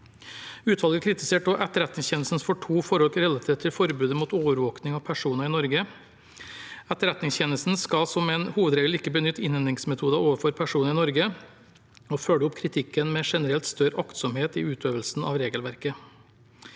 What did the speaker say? Utvalget kritiserte også Etterretningstjenesten for to forhold relatert til forbudet mot overvåking av personer i Norge. Etterretningstjenesten skal som en hovedregel ikke benytte innhentingsmetoder overfor personer i Norge, og følger opp kritikken med generelt større aktsomhet i utøvelsen av regelverket.